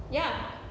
ya